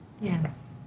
Yes